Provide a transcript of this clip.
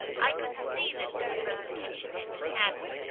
i could see that this presentation had been happy,